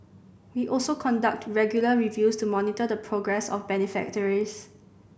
we also conduct regular reviews to monitor the progress of beneficiaries